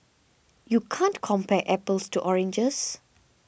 you can't compare apples to oranges